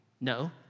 No